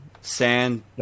sand